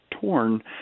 torn